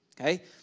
Okay